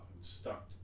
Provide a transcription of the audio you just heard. stuck